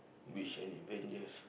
mission in vengers